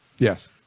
Yes